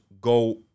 go